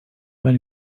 when